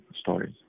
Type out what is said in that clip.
stories